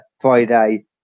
Friday